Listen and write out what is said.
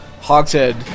Hogshead